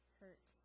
hurt